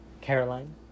Caroline